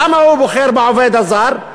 למה הוא בוחר בעובד הזר?